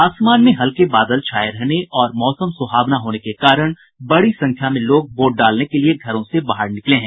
आसमान में हल्के बादल छाये रहने और मौसम सुहावना होने के कारण बड़ी संख्या में लोग वोट डालने के लिए घरों से बाहर निकले हैं